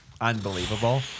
unbelievable